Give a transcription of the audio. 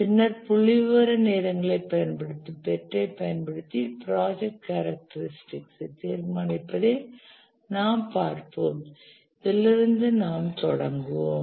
பின்னர் புள்ளிவிவர நேரங்களைப் பயன்படுத்தும் PERT ஐப் பயன்படுத்தி ப்ராஜெக்ட் கேரக்டரிஸ்டிகஸ் ஐ தீர்மானிப்பதைப் நாம் பார்ப்போம் இதிலிருந்து நாம் தொடங்குவோம்